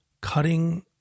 cutting